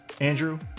Andrew